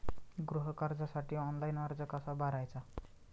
गृह कर्जासाठी ऑनलाइन अर्ज कसा भरायचा?